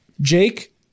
Jake